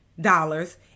dollars